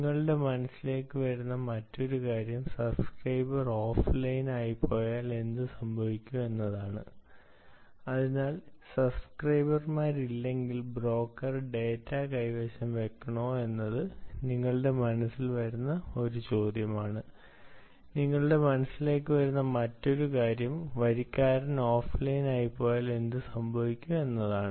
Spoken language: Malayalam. നിങ്ങളുടെ മനസ്സിലേക്ക് വരുന്ന മറ്റൊരു കാര്യം സബ്സ്ക്രൈബർ ഓഫ്ലൈനിൽ പോയാൽ എന്ത് സംഭവിക്കും എന്നതാണ്